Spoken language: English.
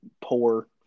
poor